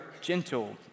gentle